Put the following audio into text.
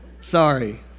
Sorry